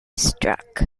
struck